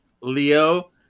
Leo